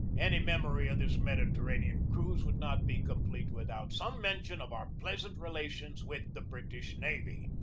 any memory of this mediterranean cruise would not be complete with out some mention of our pleasant relations with the british navy.